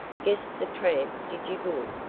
guess the tramp did you good.